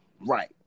right